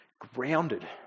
grounded